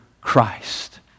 Christ